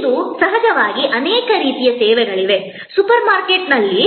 ಇಂದು ಸಹಜವಾಗಿ ಅನೇಕ ರೀತಿಯ ಸೇವೆಗಳಿವೆ ಸೂಪರ್ ಮಾರುಕಟ್ಟೆಯಲ್ಲಿ